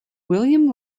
william